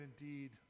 indeed